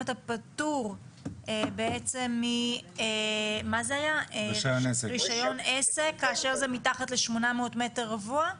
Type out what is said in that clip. אתה פטור בעצם מרישיון עסק כאשר זה מתחת ל-800 מ"ר?